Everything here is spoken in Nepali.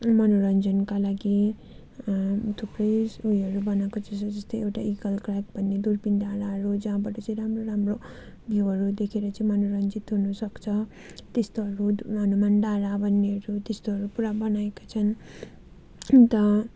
मनोरञ्जनका लागि थुप्रै ऊ योहरू बनाएको चिजहरू जस्तै एउटा इगल क्राग भन्ने दुरपिन डाँडाहरू जहाँबाट चाहिँ राम्रो राम्रो भिउहरू देखेर चाहिँ मनोरञ्जित हुनु सक्छ त्यस्तोहरू हनुमान डाँडा भन्नेहरू त्यस्तोहरू पूरा बनाएका छन् अन्त